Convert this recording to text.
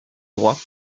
droit